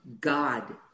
God